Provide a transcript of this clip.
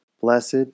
Blessed